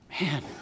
Man